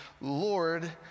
Lord